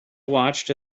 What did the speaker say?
watched